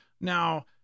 Now